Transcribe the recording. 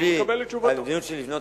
אני אקבל את תשובתו.